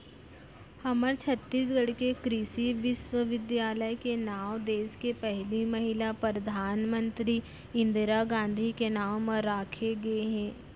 हमर छत्तीसगढ़ के कृषि बिस्वबिद्यालय के नांव देस के पहिली महिला परधानमंतरी इंदिरा गांधी के नांव म राखे गे हे